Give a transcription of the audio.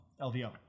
LVO